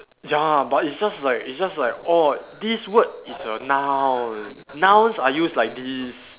ya but it's just like it's just like oh this word is a noun nouns are used like this